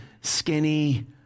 skinny